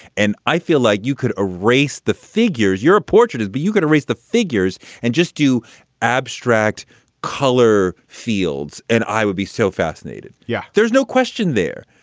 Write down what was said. and i feel like you could erase the figures your portrait is, but you got to raise the figures and just do abstract color fields. and i would be so fascinated. yeah, there's no question there.